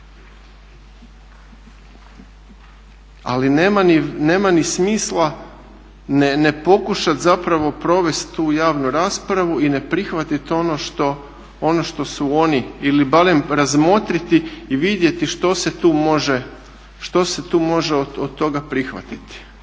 Ali nema ni smisla ne pokušati zapravo provesti tu javnu raspravu i ne prihvatiti ono što su oni ili barem razmotriti i vidjeti što se tu može od toga prihvatiti.